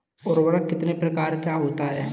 उर्वरक कितने प्रकार का होता है?